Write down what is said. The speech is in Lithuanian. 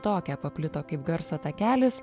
toke paplito kaip garso takelis